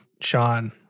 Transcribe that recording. Sean